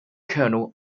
colonel